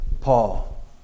Paul